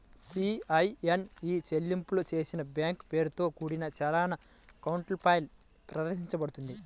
CIN ఇ చెల్లింపు చేసిన బ్యాంక్ పేరుతో కూడిన చలాన్ కౌంటర్ఫాయిల్ ప్రదర్శించబడుతుంది